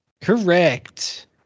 Correct